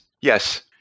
Yes